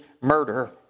murder